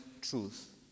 truth